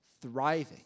thriving